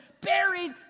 buried